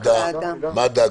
מד"א,